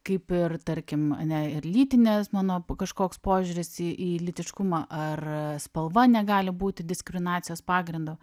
kaip ir tarkim arne ir lytinės mano kažkoks požiūris į lytiškumą ar spalva negali būti diskriminacijos pagrindu